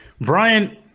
Brian